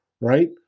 right